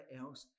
else